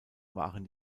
waren